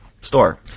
Store